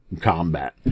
combat